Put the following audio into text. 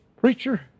preacher